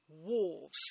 wolves